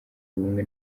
ubumwe